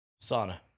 sauna